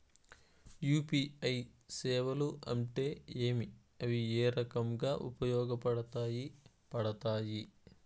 UPI సేవలు అంటే ఏమి, అవి ఏ రకంగా ఉపయోగపడతాయి పడతాయి?